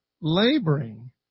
laboring